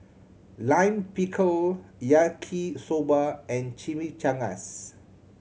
Lime Pickle Yaki Soba and Chimichangas